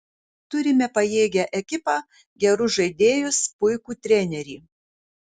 turime pajėgią ekipą gerus žaidėjus puikų trenerį